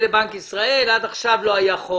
אנחנו אומרים להם,